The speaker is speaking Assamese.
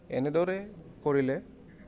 এনেদৰে কৰিলে